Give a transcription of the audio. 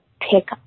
pick